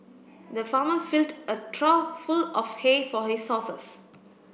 the farmer filled a trough full of hay for his horses